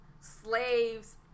slaves